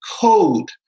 code